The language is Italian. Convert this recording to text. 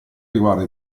riguarda